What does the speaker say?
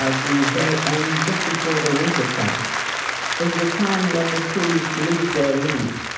ah the very end just before the winter comes. it is the time when the trees lose their leaves.